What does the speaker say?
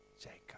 Jacob